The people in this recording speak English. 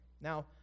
Now